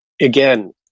again